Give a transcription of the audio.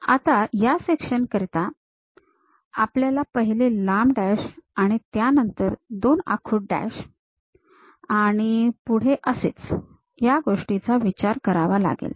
आता या सेक्शन करीता आपल्याला पाहिले लांब डॅश आणि त्यानंतर दोन आखूड डॅश आणि पुढे असेच या गोष्टीचा विचार करावा लागेल